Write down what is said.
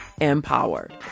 empowered